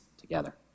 together